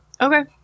Okay